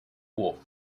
wolff